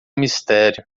mistério